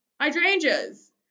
Hydrangeas